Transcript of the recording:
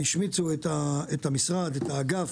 את המשרד, את האגף,